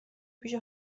پیش